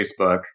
Facebook